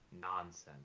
Nonsense